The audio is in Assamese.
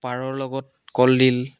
পাৰৰ লগত কলডিল